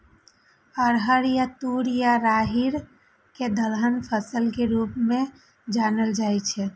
अरहर या तूर या राहरि कें दलहन फसल के रूप मे जानल जाइ छै